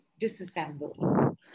Disassemble